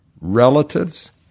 relatives